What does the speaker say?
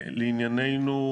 לענייננו,